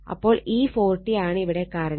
അപ്പോൾ ഈ 40 ആണ് ഇവിടെ കറണ്ട്